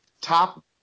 top